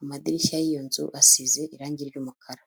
amadirishya y'iyo nzu asize irangi ry'umukara.